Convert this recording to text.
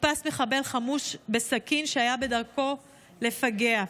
נתפס מחבל חמוש בסכין שהיה בדרכו לפגע.